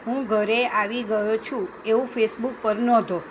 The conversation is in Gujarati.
હું ઘરે આવી ગયો છું એવું ફેસબુક પર નોંધો